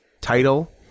title